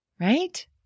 right